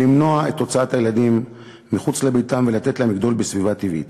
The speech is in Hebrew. לתת לילדים לגדול בסביבה טבעית